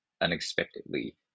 unexpectedly